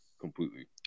completely